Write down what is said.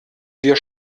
dir